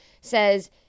says